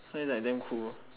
so it's like damn cool